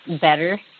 better